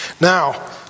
Now